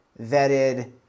vetted